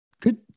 good